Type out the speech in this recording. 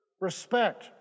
Respect